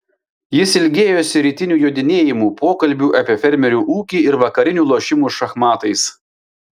jis ilgėjosi rytinių jodinėjimų pokalbių apie fermerių ūkį ir vakarinių lošimų šachmatais